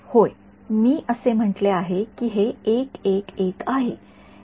होय मी असे म्हटले आहे की हे आहे